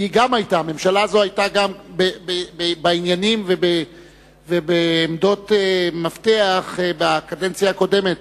הממשלה הזאת גם היתה בעניינים ובעמדות מפתח בקדנציה הקודמת.